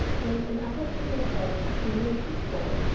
then another thing that helps is billy and his ball.